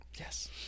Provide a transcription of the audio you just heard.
Yes